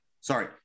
sorry